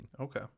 Okay